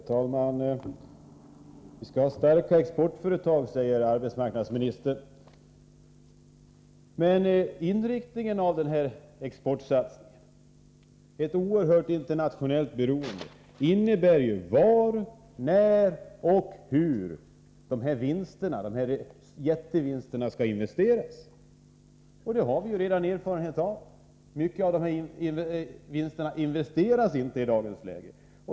Herr talman! Vi skall ha starka exportföretag, säger arbetsmarknadsministern. Men vinsterna på den här exportsatsningen då, vart skall de gå? Det oerhört stora internationella beroendet påverkar var, när och hur jättevinsterna skall investeras. Det har vi redan erfarenhet av. Mycket av vinsterna investeras inte i dagens läge.